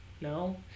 No